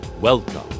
Welcome